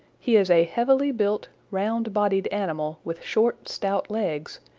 he is a heavily built, round-bodied animal with short, stout legs,